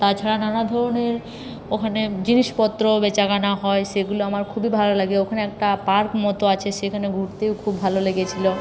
তাছাড়া নানা ধরনের ওখানে জিনিসপত্র বেচা কেনা হয় সেগুলো আমার খুবই ভালো লাগে ওখানে একটা পার্ক মতো আছে সেখানে ঘুরতেও খুব ভালো লেগেছিলো